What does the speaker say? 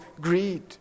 greed